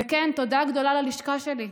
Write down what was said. וכן תודה גדולה ללשכה שלי.